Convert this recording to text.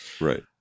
Right